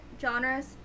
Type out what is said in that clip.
genres